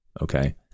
Okay